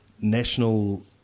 National